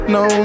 no